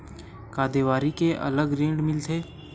का देवारी के अलग ऋण मिलथे?